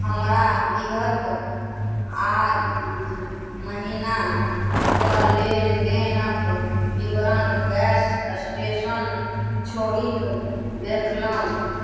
हमरा विगत आध महिनाके लेनदेनके विवरण गैस एस्टेशन छोड़िके देखलहुँ